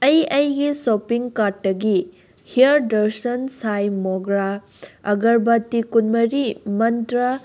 ꯑꯩ ꯑꯩꯒꯤ ꯁꯣꯞꯄꯤꯡ ꯀꯥꯔꯠꯇꯒꯤ ꯍꯤꯌꯔ ꯗ꯭ꯔꯁꯟ ꯁꯥꯏ ꯃꯣꯒ꯭ꯔꯥ ꯑꯒꯔꯕꯇꯤ ꯀꯨꯟꯃꯔꯤ ꯃꯟꯇ꯭ꯔ